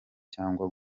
cyangwa